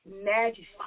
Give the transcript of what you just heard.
majesty